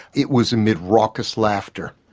it was amid raucous laughter.